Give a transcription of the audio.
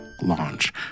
launch